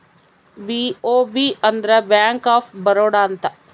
BOB ಅಂದ್ರ bank of Baroda ಅಂತ